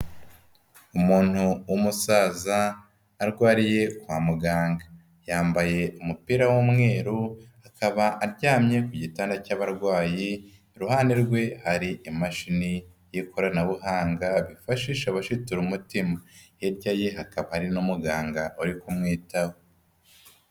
Umuntu w'umusaza arwariye kwa muganga. Yambaye umupira w'umweru akaba aryamye ku gitanda cy'abarwayi, iruhande rwe hari imashini y'ikoranabuhanga bifashisha bashitura umutima, hirya ye hakaba hari n'umuganga uri kumwitaho.